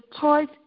choice